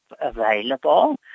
available